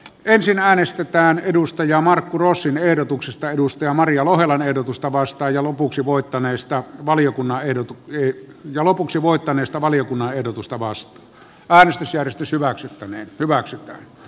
ensin äänestetään markku rossin ehdotuksesta maria lohelan ehdotusta vastaan ja lopuksi voittaneesta valiokunnan ehdotusta was ars järistys hyväksyttäneen hyväksy